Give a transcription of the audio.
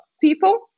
people